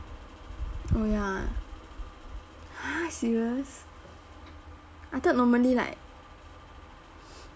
oh ya !huh! serious I thought normally like